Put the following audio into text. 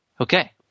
Okay